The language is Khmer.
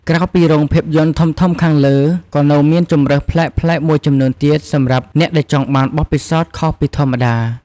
ក្រៅពីរោងភាពយន្តធំៗខាងលើ ក៏នៅមានជម្រើសប្លែកៗមួយចំនួនទៀតសម្រាប់អ្នកដែលចង់បានបទពិសោធន៍ខុសពីធម្មតា។